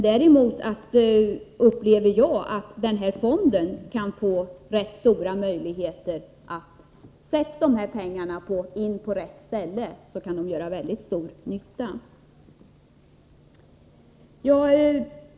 Däremot upplever jag att fonderna kan få stor betydelse — om dessa pengar sätts in på rätt ställe kan de göra stor nytta.